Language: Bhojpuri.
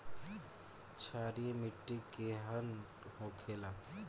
क्षारीय मिट्टी केहन होखेला?